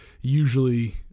Usually